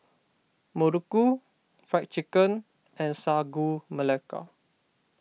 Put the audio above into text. Muruku Fried Chicken and Sagu Melaka